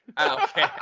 Okay